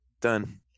Done